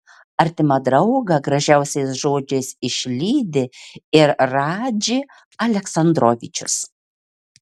artimą draugą gražiausiais žodžiais išlydi ir radži aleksandrovičius